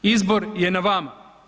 Izbor je na vama.